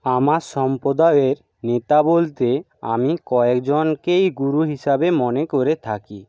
আমার সম্প্রদায়ের নেতা বলতে আমি কয়জনকেই গুরু হিসাবে মনে করে থাকি